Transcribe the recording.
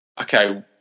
okay